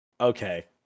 Okay